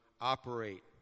operate